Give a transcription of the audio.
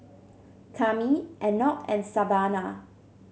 Kami Enoch and Savanna